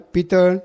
Peter